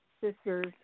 sisters